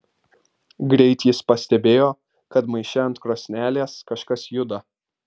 greit jis pastebėjo kad maiše ant krosnelės kažkas juda